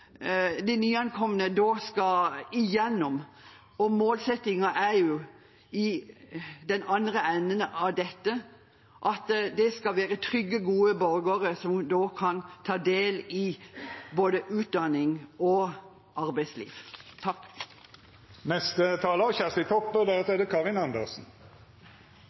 de nyankomne skal igjennom, og målsettingen er i den andre enden av dette at det skal være trygge, gode borgere som kan ta del i både utdanning og arbeidsliv.